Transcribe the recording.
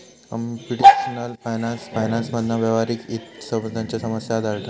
computational finance फायनान्समधला व्यावहारिक हितसंबंधांच्यो समस्या हाताळता